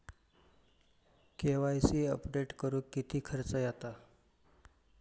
KYC update करुक किती खर्च येता?